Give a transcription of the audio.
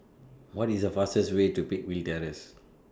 What IS The fastest Way to Peakville Terrace